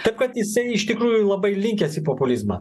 taip kad jisai iš tikrųjų labai linkęs į populizmą